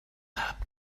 help